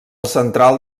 central